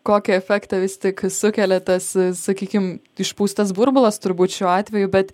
kokį efektą vis tik sukelia tas sakykim išpūstas burbulas turbūt šiuo atveju bet